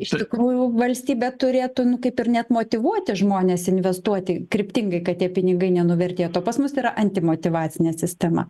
iš tikrųjų valstybė turėtų nu kaip ir net motyvuoti žmones investuoti kryptingai kad tie pinigai nenuvertėtų o pas mus yra antimotyvacinė sistema